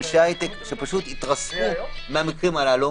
אנשי הייטק שפשוט התרסקו מהמקרים הללו.